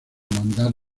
mandar